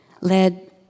led